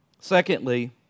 Secondly